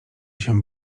się